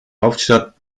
hauptstadt